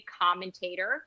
commentator